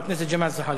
חבר הכנסת ג'מאל זחאלקה.